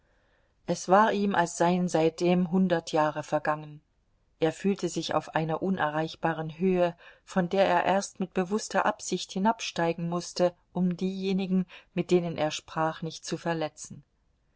es war ihm als seien seitdem hundert jahre vergangen er fühlte sich auf einer unerreichbaren höhe von der er erst mit bewußter absicht hinabsteigen mußte um diejenigen mit denen er sprach nicht zu verletzen